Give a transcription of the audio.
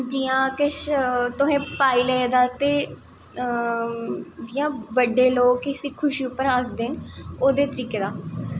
जियां किश तुसें पैह्लें दा ते जियां बड्डे लोग किसे खुशी उप्पर हसदे न ओह्दे तरीके दा